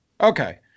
Okay